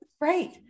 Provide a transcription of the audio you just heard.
Right